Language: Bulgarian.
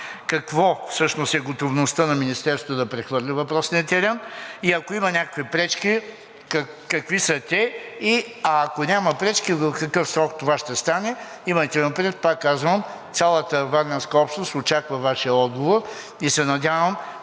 каква всъщност е готовността на Министерството да прехвърли въпросния терен и ако има някакви пречки, какви са те? Ако няма пречки, в какъв срок това ще стане? Имайте предвид, пак казвам, цялата варненска общност очаква Вашия отговор. Надяваме